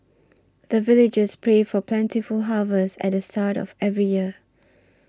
the villagers pray for plentiful harvest at the start of every year